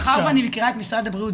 מאחר ואני מכירה את משרד הבריאות,